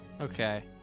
okay